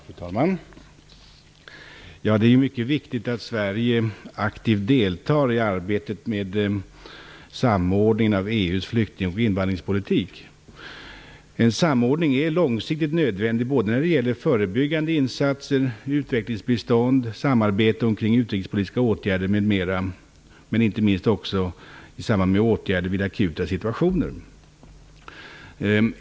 Fru talman! Det är mycket viktigt att Sverige aktivt deltar i arbetet med samordningen av EU:s flykting och invandringspolitik. En samordning är långsiktigt nödvändig när det gäller förebyggande insatser, utvecklingsbistånd, samarbete omkring utrikespolitiska åtgärder m.m. Det är inte minst viktigt i samband med åtgärder vid akuta situationer.